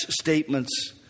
statements